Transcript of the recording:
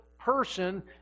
person